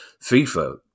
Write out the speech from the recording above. FIFA